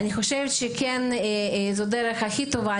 אני חושבת שזאת הדרך הכי טובה.